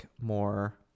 more